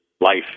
life